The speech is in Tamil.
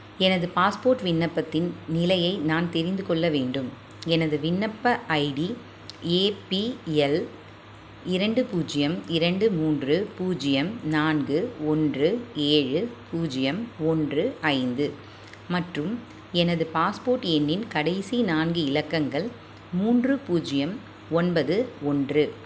எனது பாஸ்போர்ட் விண்ணப்பத்தின் நிலையை நான் தெரிந்துக்கொள்ள வேண்டும் எனது விண்ணப்ப ஐடி ஏ பி எல் இரண்டு பூஜ்ஜியம் இரண்டு மூன்று பூஜ்ஜியம் நான்கு ஒன்று ஏழு பூஜ்ஜியம் ஒன்று ஐந்து மற்றும் எனது பாஸ்போர்ட் எண்ணின் கடைசி நான்கு இலக்கங்கள் மூன்று பூஜ்ஜியம் ஒன்பது ஒன்று